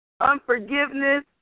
unforgiveness